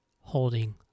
holding